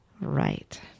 Right